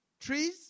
trees